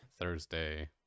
Thursday